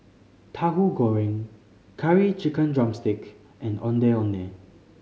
Tahu Goreng Curry Chicken drumstick and Ondeh Ondeh